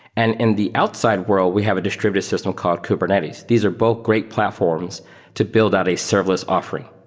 and in the outside world, we have a distributed system called kubernetes. these are both great platforms to build out a serverless offering.